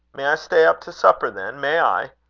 may i stay up to supper, then? may i?